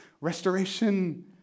restoration